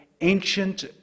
ancient